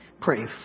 Pray